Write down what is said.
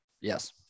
Yes